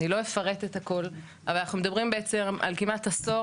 אני לא אפרט את הכל אבל אנחנו מדברים בעצם על כמעט עשור